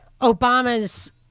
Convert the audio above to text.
Obama's